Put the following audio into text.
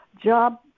Job